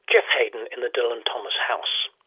geoff haden in the dylan thomas house.